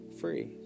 free